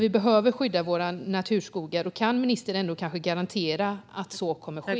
Vi behöver skydda våra naturskogar, och jag vill därför fråga igen: Kan ministern garantera att så kommer att ske?